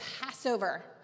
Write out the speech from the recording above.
Passover